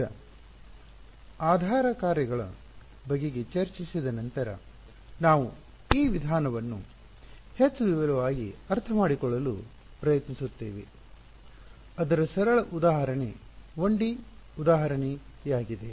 ಈಗ ಆಧಾರ ಕಾರ್ಯಗಳ ಬಗೆಗೆ ಚರ್ಚಿಸಿದ ನಂತರ ನಾವು ಈ ವಿಧಾನವನ್ನು ಹೆಚ್ಚು ವಿವರವಾಗಿ ಅರ್ಥಮಾಡಿಕೊಳ್ಳಲು ಪ್ರಯತ್ನಿಸುತ್ತೇವೆ ಮತ್ತು ಸರಳ ಉದಾಹರಣೆ 1 ಡಿ ಉದಾಹರಣೆ ಆಗಿದೆ